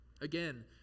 Again